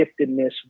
giftedness